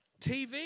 TV